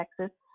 Texas